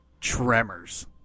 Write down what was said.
Tremors